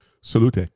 Salute